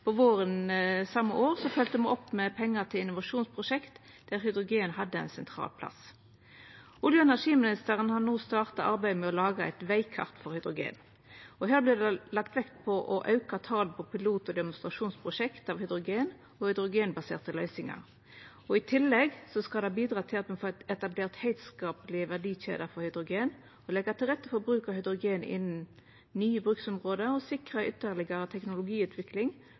våren same år følgde me opp med pengar til innovasjonsprosjekt der hydrogen hadde ein sentral plass. Olje- og energiministeren har no starta arbeidet med å laga eit vegkart for hydrogen. Her vil det bli lagt vekt på å auka talet på pilot- og demonstrasjonsprosjekt med hydrogen og hydrogenbaserte løysingar. I tillegg skal det bidra til at me får etablert heilskaplege verdikjeder for hydrogen, leggja til rette for bruk av hydrogen innan nye bruksområde og sikra ytterlegare teknologiutvikling